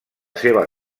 seva